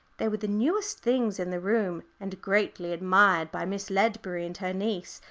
they were the newest things in the room, and greatly admired by miss ledbury and her niece,